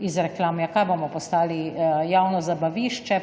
iz reklam. Kaj bomo postali javno zabavišče,